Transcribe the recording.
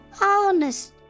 honest